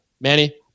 Manny